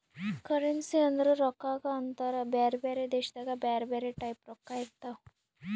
currency ಅಂದುರ್ ರೊಕ್ಕಾಗ ಅಂತಾರ್ ಬ್ಯಾರೆ ಬ್ಯಾರೆ ದೇಶದಾಗ್ ಬ್ಯಾರೆ ಬ್ಯಾರೆ ಟೈಪ್ ರೊಕ್ಕಾ ಇರ್ತಾವ್